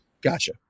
Gotcha